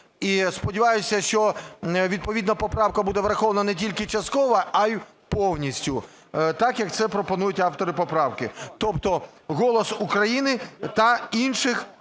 І сподіваюся, що відповідна поправка буде врахована не тільки частково, а й повністю, так як це пропонують автори поправки. Тобто "Голос України" та в інших